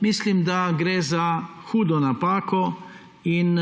Mislim, da gre za hudo napako in